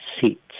seats